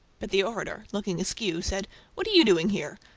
but the orator, looking askew, said what are you doing here?